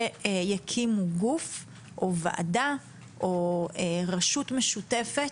יקימו גוף או ועדה או רשות משותפת,